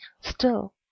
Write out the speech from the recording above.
Still—